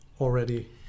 already